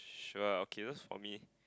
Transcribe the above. sure okay those for me